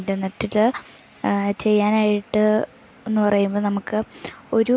ഇൻ്റർനെറ്റിൽ ചെയ്യാനായിട്ട് എന്നു പറയുമ്പോൾ നമുക്ക് ഒരു